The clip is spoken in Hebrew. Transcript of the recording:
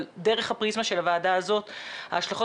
אבל דרך הפריזמה של הוועדה הזו ההשלכות